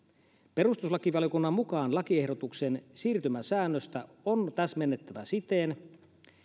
perustuslakivaliokunnan mukaan lakiehdotuksen siirtymäsäännöstä on täsmennettävä siten